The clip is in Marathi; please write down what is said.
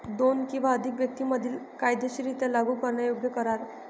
दोन किंवा अधिक व्यक्तीं मधील कायदेशीररित्या लागू करण्यायोग्य करार